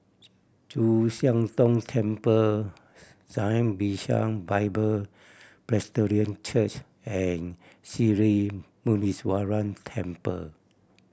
Chu Siang Tong Temple Zion Bishan Bible Presbyterian Church and Sri Muneeswaran Temple